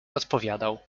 odpowiadał